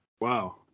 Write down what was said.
wow